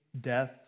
death